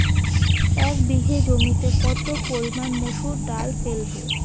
এক বিঘে জমিতে কত পরিমান মুসুর ডাল ফেলবো?